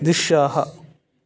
दृश्यः